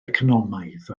economaidd